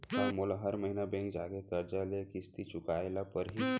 का मोला हर महीना बैंक जाके करजा के किस्ती चुकाए ल परहि?